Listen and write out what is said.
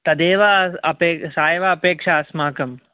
तदेव अपे सा एव अपेक्षा अस्माकं